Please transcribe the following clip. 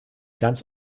ganz